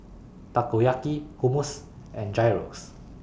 Takoyaki Hummus and Gyros